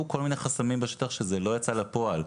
כל מיני חסמים בשטח שזה לא יצא לפועל.